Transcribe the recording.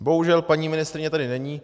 Bohužel paní ministryně tady není.